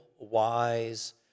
wise